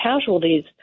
casualties